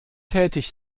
tätig